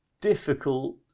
difficult